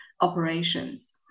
operations